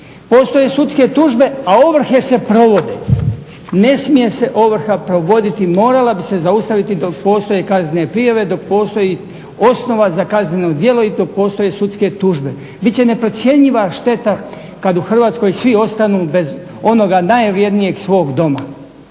Postoje sudske tužbe a ovrhe se provode. Ne smije se ovrha provoditi. Morala bi se zaustaviti dok postoje kaznene prijave, dok postoji osnova za kazneno djelo i dok postoje sudske tužbe. Bit će neprocjenjiva šteta kad u Hrvatskoj svi ostanu bez onoga najvjernijeg svog doma.